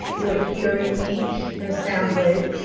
you're hearing me in a sound wave.